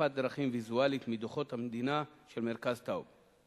מפת דרכים ויזואלית מדוחות מצב המדינה של מרכז טאוב".